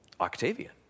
Octavian